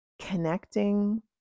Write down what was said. connecting